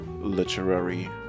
literary